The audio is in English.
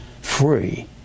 free